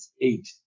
eight